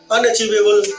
Unachievable